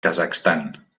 kazakhstan